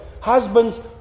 Husbands